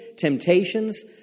temptations